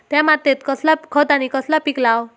त्या मात्येत कसला खत आणि कसला पीक लाव?